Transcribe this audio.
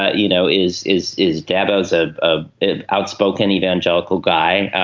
ah you know is is is dad as ah ah an outspoken evangelical guy.